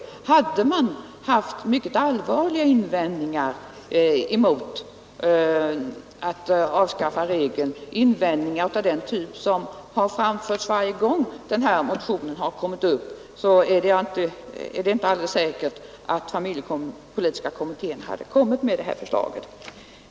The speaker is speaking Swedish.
Om kommittén hade haft mycket allvarliga invändningar mot att avskaffa regeln, alltså invändningar av den typ som anförs varje gång motioner i denna fråga behandlas, då är det inte så säkert att familjepolitiska kommittén hade lagt detta förslag.